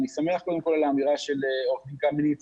אני שמח על האמירה של עורך דין קמיניץ